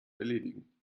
erledigen